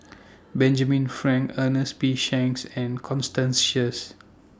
Benjamin Frank Ernest P Shanks and Constance Sheares